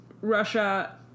Russia